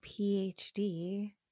PhD